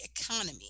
economy